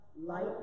Light